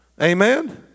Amen